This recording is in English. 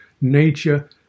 nature